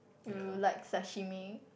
do you like sashimi